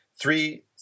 three